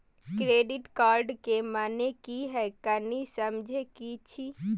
Credit card के माने की हैं, कनी समझे कि छि?